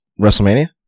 WrestleMania